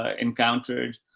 ah encountered,